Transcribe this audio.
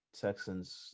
Texans